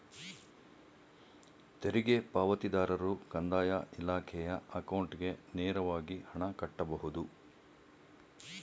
ತೆರಿಗೆ ಪಾವತಿದಾರರು ಕಂದಾಯ ಇಲಾಖೆಯ ಅಕೌಂಟ್ಗೆ ನೇರವಾಗಿ ಹಣ ಕಟ್ಟಬಹುದು